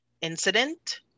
incident